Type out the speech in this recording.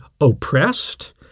oppressed